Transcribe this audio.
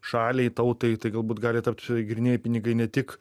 šaliai tautai tai galbūt gali tapti grynieji pinigai ne tik